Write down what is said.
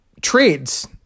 trades